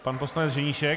Pan poslanec Ženíšek.